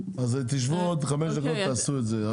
אז תשבו עוד חמש דקות תעשו את זה.